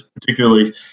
particularly